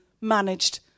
managed